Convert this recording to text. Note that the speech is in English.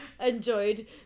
enjoyed